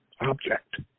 object